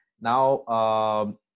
now